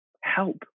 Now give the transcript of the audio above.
Help